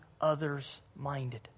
others-minded